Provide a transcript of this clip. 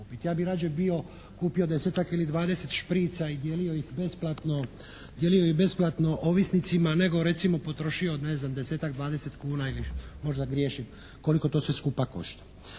Ja bi rađe bio kupio 10-ak ili 20 šprica i dijelio ih besplatno ovisnicima nego recimo potrošio 10-ak, 20 kuna ili možda griješim, koliko to sve skupa košta.